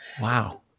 wow